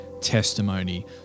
testimony